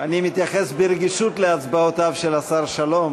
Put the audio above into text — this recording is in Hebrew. אני מתייחס ברגישות להצבעותיו של השר שלום,